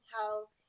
tell